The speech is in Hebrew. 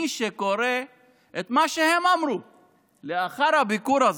מי שקורא את מה שהם אמרו לאחר הביקור הזה,